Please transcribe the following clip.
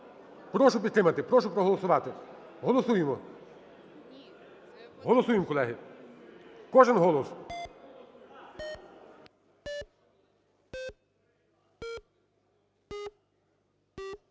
Прошу підтримати, прошу проголосувати. Голосуємо. Голосуємо, колеги, кожен голос.